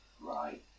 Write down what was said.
Right